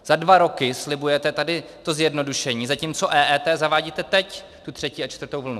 Za dva roky slibujete to zjednodušení, zatímco EET zavádíte teď, tu třetí a čtvrtou vlnu.